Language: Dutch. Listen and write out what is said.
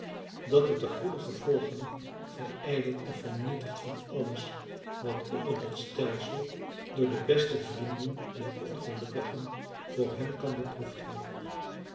dat het de goede gevolgen verijdelt en vernietigt van alles wat onder dat stelsel door de beste vrienden dier ongelukkigen voor hen kan beproefd worden